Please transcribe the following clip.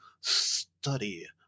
study